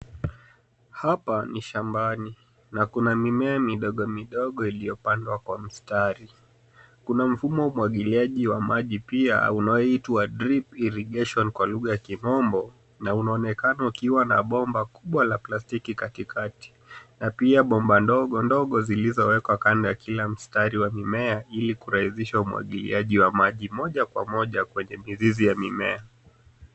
Hapa ni shambani na kuna mimea midogo midogo iliyopandwa kwa mstari. Kuna mfumo wa umwagiliaji wa maji pia unaoitwa (cs)drip irrigation(c) kwa lugha ya kimombo na unaonekana ukiwa na bomba kubwa la plastiki katikati. Na pia bomba ndogo ndogo zilizowekwa kando ya kila mistari wa mimea ili kurahisisha umwagiliaji wa maji moja kwa moja kwenye mizizi ya mimea.